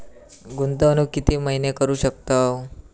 गुंतवणूक किती महिने करू शकतव?